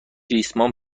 ریسمان